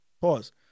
Pause